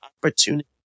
opportunity